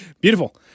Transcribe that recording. beautiful